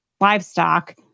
livestock